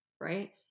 Right